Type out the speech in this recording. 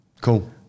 Cool